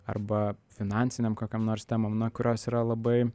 arba finansinėm kokiom nors temom na kurios yra labai